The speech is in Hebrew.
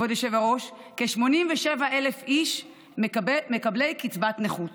כבוד היושב-ראש, כ-87,000 איש מקבלי קצבת נכות.